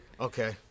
Okay